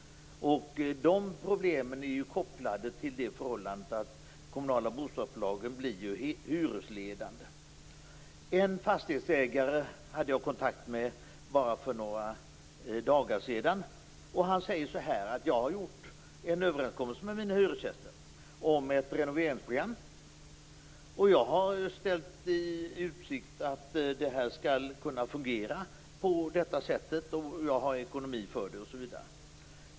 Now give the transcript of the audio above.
Problemen är ju kopplade till förhållandet att de kommunala bostadsbolagen blir hyresledande. Jag hade kontakt med en fastighetsägare för bara några dagar sedan. Han sade: Jag har träffat en överenskommelse med mina hyresgäster om ett renoveringsprogram. Jag har ställt i utsikt att det skall fungera - jag har ekonomi för det osv.